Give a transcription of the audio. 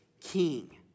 king